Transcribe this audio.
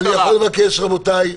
אני יכול לבקש, רבותיי.